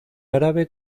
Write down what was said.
árabe